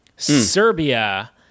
Serbia